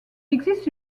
existe